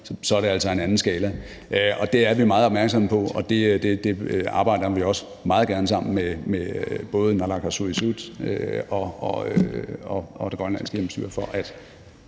er det altså en anden skala, og det er vi meget opmærksomme på, og det arbejder vi også meget gerne sammen med både naalakkersuisut og det grønlandske hjemmestyre for at